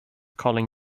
calling